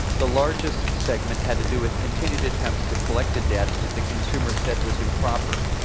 the largest segment had to do with continued attempts to collect a debt that the consumer said was improper,